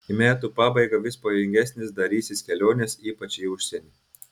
į metų pabaigą vis pavojingesnės darysis kelionės ypač į užsienį